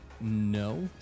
no